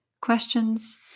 questions